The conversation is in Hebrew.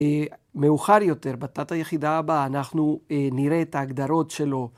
מאוחר יותר, בתת היחידה הבאה, אנחנו נראה את ההגדרות שלו.